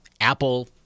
Apple